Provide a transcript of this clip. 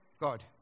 God